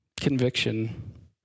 conviction